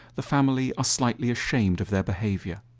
the family are slightly ashamed of their behavior,